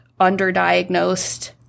underdiagnosed